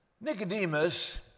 Nicodemus